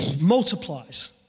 Multiplies